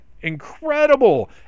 incredible